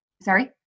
sorry